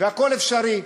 והכול אפשרי,